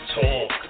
Talk